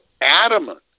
adamant